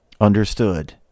understood